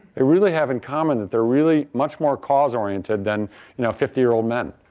they really have in common that they're really much more cause-oriented than you know fifty year old men.